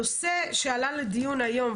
הנושא שעלה לדיון היום,